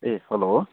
A hello